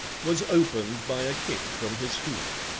was opened by a kick from his hoof.